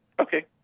Okay